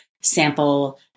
sample